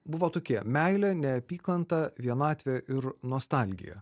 buvo tokie meilė neapykanta vienatvė ir nostalgija